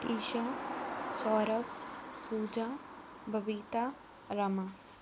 Trisha Saurabh Pooja Babita Rama